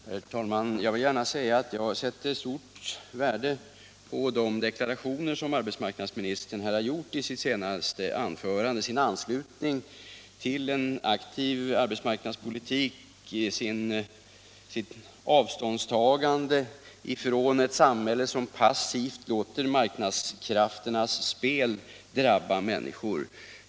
Herr talman! Jag vill gärna säga att jag sätter stort värde på de deklarationer som arbetsmarknadsministern gjorde i sitt senaste anförande. Hans anslutning till en aktiv arbetsmarknadspolitik och hans avståndstagande från ett samhälle som passivt låter marknadskrafternas spel drabba människor uppskattar jag.